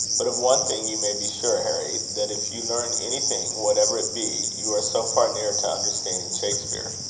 but of one thing you may be sure, harry, that if you learn anything, whatever it be, you are so far nearer to understanding shakspere.